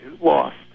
lost